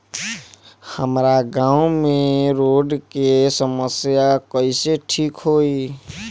हमारा गाँव मे रोड के समस्या कइसे ठीक होई?